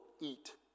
eat